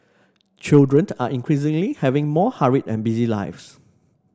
children are increasingly having more hurried and busy lives